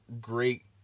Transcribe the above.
great